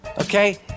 Okay